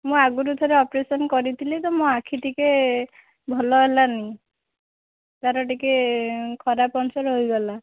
ମୁଁ ଆଗରୁ ଥରେ ଅପରେସନ୍ କରିଥିଲି ତ ମୋ ଆଖି ଟିକିଏ ଭଲ ହେଲାନି ତାର ଟିକିଏ ଖରାପ୍ ଅଂଶ ରହିଗଲା